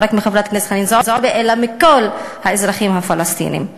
לא רק מחברת הכנסת חנין זועבי אלא מכל האזרחים הפלסטינים.